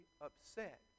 upset